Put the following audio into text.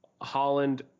Holland